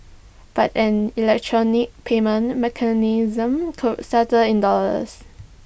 but an electronic payment mechanism could settle in dollars